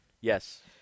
Yes